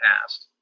past